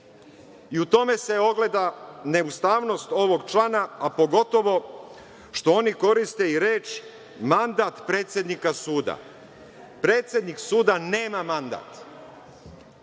tome se ogleda neustavnost ovog člana, a pogotovo što oni koriste i reč mandat predsednika suda. Predsednik suda nema mandat.